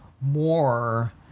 more